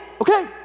okay